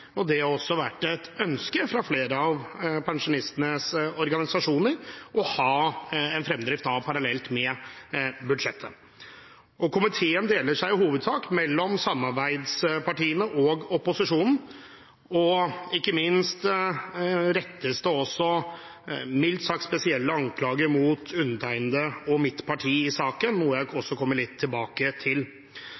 Det har også vært et ønske fra flere av pensjonistenes organisasjoner å ha en fremdrift parallelt med budsjettet. Komiteen deler seg i hovedsak mellom samarbeidspartiene og opposisjonen. Ikke minst rettes det mildt sagt spesielle anklager mot undertegnede og mitt parti i saken, noe jeg også kommer litt tilbake til. Saken – og